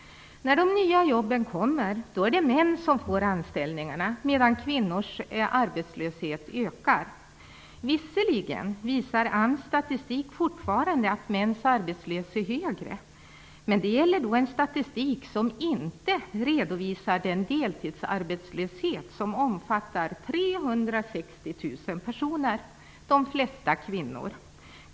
När de nya jobben kommer är det män som får anställning, medan kvinnors arbetslöshet ökar. Visserligen visar AMS statistik fortfarande att mäns arbetslöshet är högre, men det gäller en statistik som inte redovisar den deltidsarbetslöshet som omfattar 360 000 personer - de flesta kvinnor.